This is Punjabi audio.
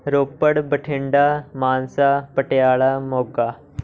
ਰੋਪੜ ਬਠਿੰਡਾ ਮਾਨਸਾ ਪਟਿਆਲਾ ਮੋਗਾ